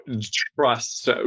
trust